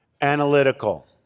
analytical